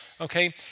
Okay